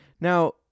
Now